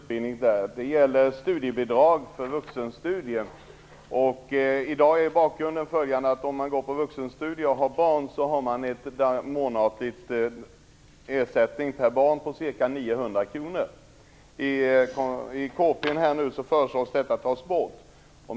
Fru talman! Jag vänder mig till statsrådet Ylva Johansson, och min fråga gäller studiebidraget för vuxenstudier. Den som deltar i vuxenstudier och har barn får en månatlig ersättning per barn på ca 900 kr. I kompletteringspropositionen föreslås att detta stöd skall tas bort.